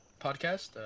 podcast